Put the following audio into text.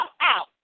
out